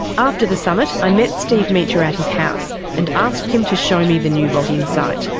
after the summit, i met steve meacher at his house and asked him to show me the new logging site.